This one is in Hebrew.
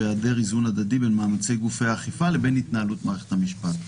בהיעדר איזון הדדי בין מאמצי גופי האכיפה לבין התנהלות מערכת המשפט.